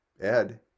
Ed